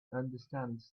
understands